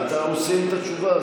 הוא סיים את התשובה,